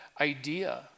idea